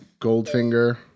Goldfinger